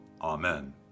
Amen